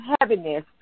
heaviness